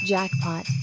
Jackpot